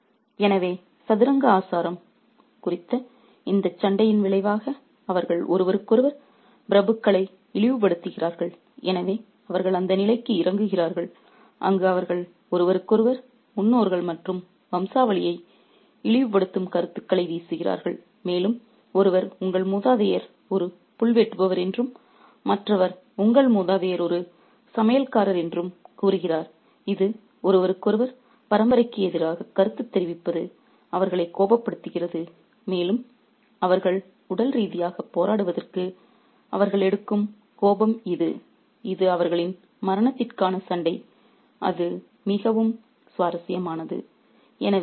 refer slide time 5128 எனவே சதுரங்க ஆசாரம் குறித்த இந்த சண்டையின் விளைவாக அவர்கள் ஒருவருக்கொருவர் பிரபுக்களை இழிவுபடுத்துகிறார்கள் எனவே அவர்கள் அந்த நிலைக்கு இறங்குகிறார்கள் அங்கு அவர்கள் ஒருவருக்கொருவர் முன்னோர்கள் மற்றும் வம்சாவளியை இழிவுபடுத்தும் கருத்துக்களை வீசுகிறார்கள் மேலும் ஒருவர் உங்கள் மூதாதையர் ஒரு புல் வெட்டுபவர் என்றும் மற்றவர்கள் உங்கள் மூதாதையர் ஒரு சமையல்காரர் என்று கூறுகிறார் இது ஒருவருக்கொருவர் பரம்பரைக்கு எதிராக கருத்து தெரிவிப்பது அவர்களை கோபப்படுத்துகிறது மேலும் அவர்கள் உடல் ரீதியாக போராடுவதற்கு அவர்கள் எடுக்கும் கோபம் இது இது அவர்களின் மரணத்திற்கான சண்டை அது மிகவும் சுவாரஸ்யமானது